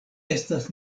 estas